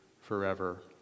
forever